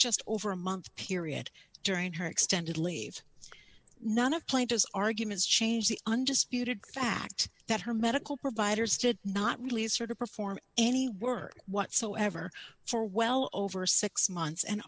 just over a month period during her extended leave none of plato's arguments change the undisputed fact that her medical providers did not release her to perform any work whatsoever for well over six months and